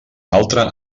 altre